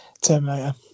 Terminator